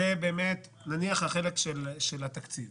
נניח בחלק של התקציב